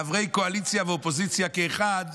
חברי קואליציה ואופוזיציה כאחד,